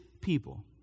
people